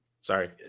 Sorry